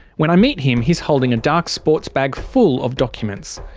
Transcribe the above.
when i meet him he's holding a dark sports bag full of documents.